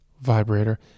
vibrator